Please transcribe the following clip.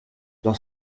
dans